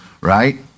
right